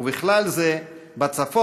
ובכלל זה בצפון,